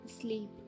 sleep